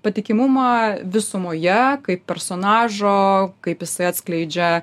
patikimumą visumoje kaip personažo kaip jisai atskleidžia